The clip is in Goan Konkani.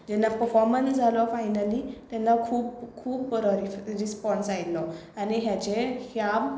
जेन्ना पफॉमन जालो फायनली तेन्ना खूब खूब बरो रिफ रिसपॉन्स आयल्लो आनी हेजे ह्या